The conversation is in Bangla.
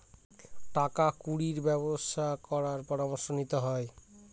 টাকা কুড়ির ব্যবসা করার পরামর্শ নিতে হয়